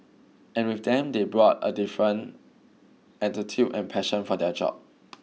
and with them they brought a different attitude and passion for their job